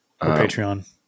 Patreon